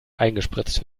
eingespritzt